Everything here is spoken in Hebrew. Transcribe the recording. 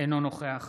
אינו נוכח